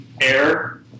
air